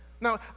now